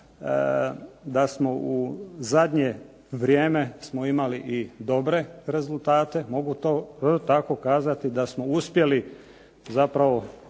da smo u zadnje vrijeme imali i dobre rezultate, mogu to tako kazati, da smo uspjeli zapravo